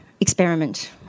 experiment